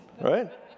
right